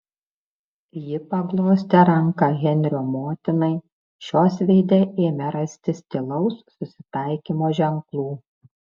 ji paglostė ranką henrio motinai šios veide ėmė rastis tylaus susitaikymo ženklų